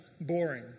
boring